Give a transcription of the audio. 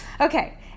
Okay